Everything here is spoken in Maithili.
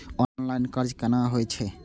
ऑनलाईन कर्ज केना होई छै?